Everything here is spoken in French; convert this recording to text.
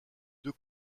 deux